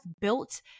built